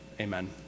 amen